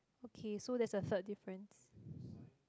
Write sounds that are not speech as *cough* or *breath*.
okay so that's a third difference *breath*